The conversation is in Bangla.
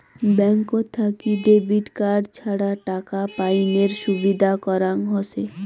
ব্যাঙ্কত থাকি ডেবিট কার্ড ছাড়া টাকা পাইনের সুবিধা করাং হসে